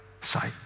sight